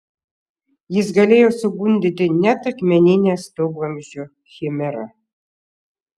jis galėjo sugundyti net akmeninę stogvamzdžio chimerą